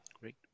Great